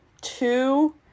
two